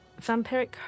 vampiric